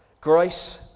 Grace